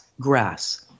grass